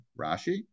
Rashi